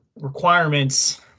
requirements